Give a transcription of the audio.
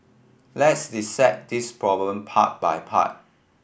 let's dissect this problem part by part